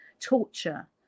torture